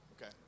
Okay